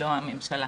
לא הממשלה.